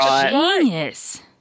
genius